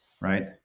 Right